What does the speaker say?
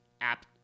app